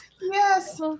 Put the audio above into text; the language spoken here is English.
yes